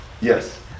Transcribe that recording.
Yes